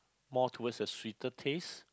more towards a sweeter taste